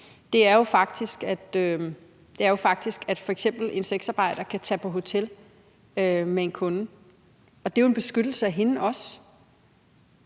konkret i dag, er, at f.eks. en sexarbejder kan tage på hotel med en kunde. Det er jo en beskyttelse af hende.